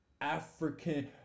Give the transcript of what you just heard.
African